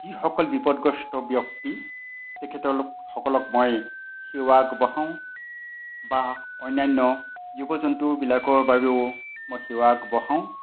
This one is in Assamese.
যিসকল বিপদগ্ৰস্ত ব্যক্তি তেখেতসকলক মই সেৱা আগবঢ়াও বা অন্যান্য জীৱ জন্তুবিলাকৰ বাবেও মই সেৱা আগবঢ়াওঁ